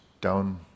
down